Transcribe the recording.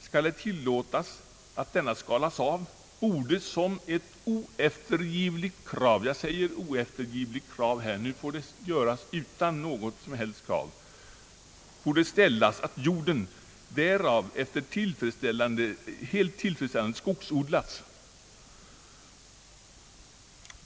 skall det tilllåtas att denna skalas av, borde såsom ett oeftergivligt krav — jag säger oeftergivligt krav, nu får det ske utan något som helst krav — ställas, att jorden därefter tillfredsställande skogsodlas.